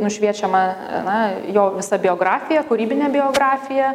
nušviečiama na jo visa biografija kūrybinė biografija